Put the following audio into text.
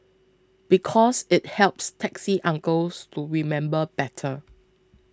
because it helps taxi uncles to remember better